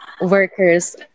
workers